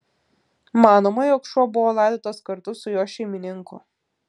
manoma jog šuo buvo laidotas kartu su jo šeimininku